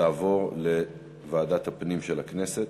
הנושא יועבר לוועדת הפנים של הכנסת.